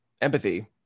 empathy